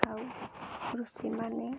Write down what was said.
ଆଉ କୃଷି ମାନେ